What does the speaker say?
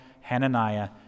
Hananiah